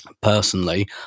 personally